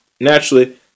naturally